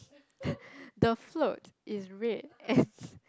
the float is red and